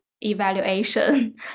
evaluation